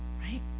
right